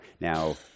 now